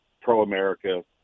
pro-america